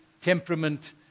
temperament